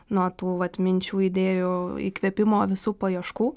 nuo tų vat atminčių idėjų įkvėpimo visų paieškų